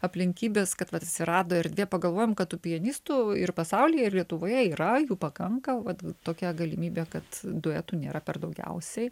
aplinkybės kad vat atsirado erdvė pagalvojom kad tų pianistų ir pasaulyje ir lietuvoje yra jų pakanka vat tokia galimybė kad duetų nėra per daugiausiai